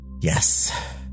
Yes